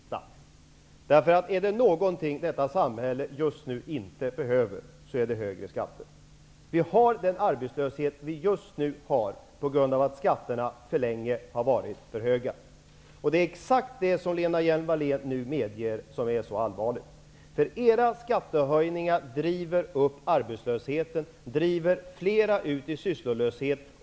Herr talman! Jag väntade bara på det sista. Men om det är någonting som detta samhälle just nu inte behöver, så är det högre skatter. Arbetslösheten är som den är just nu, därför att skatterna alltför länge har varit alltför höga. De är exakt det som Lena Hjelm-Wallén nu medger som är så allvarligt. Era skattehöjningar driver upp arbetslösheten och driver fler människor ut i sysslolöshet.